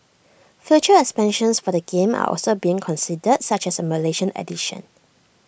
future expansions for the game are also being considered such as A Malaysian edition